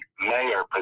mayor